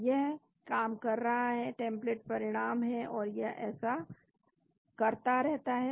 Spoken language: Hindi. तो यह काम कर रहा है टेम्पलेट परिणाम है और यह ऐसा करता रहता है